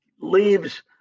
leaves